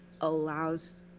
allows